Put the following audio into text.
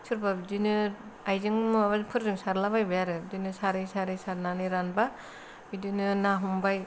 सोरबा बिदिनो आइजें माबाफोरजों सारलाबायबाय आरो बिदिनो सारै सारै सारनानै रानबा बिदिनो ना हमबाय